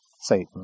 Satan